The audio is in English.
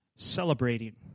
celebrating